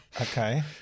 Okay